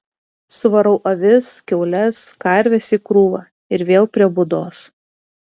suvarau avis kiaules karves į krūvą ir vėl prie būdos